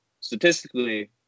statistically